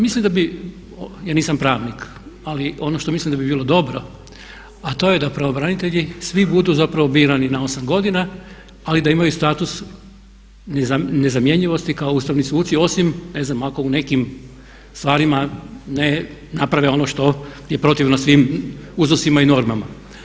Mislim da bi, ja nisam pravnik ali ono što mislim da bi bilo dobro a to ja da pravobranitelji svi budu zapravo birani na 8 godina ali da imaju status nezamjenjivosti kao ustavni suci osim, ne znam ako u nekim stvarima ne naprave ono što je protivno svim uzusima i normama.